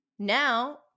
Now